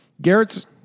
Garrett's